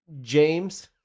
James